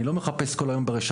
אני לא מחפש כל היום ברשתות.